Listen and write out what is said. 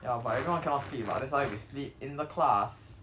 ya but everyone cannot sleep lah that's why we sleep in the class